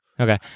Okay